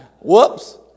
Whoops